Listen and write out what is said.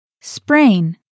Sprain